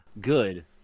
Good